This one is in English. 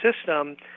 system